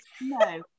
No